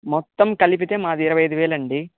మొత్తం కలిపితే మాది ఇరవై ఐదువేలు అండి